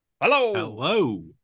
Hello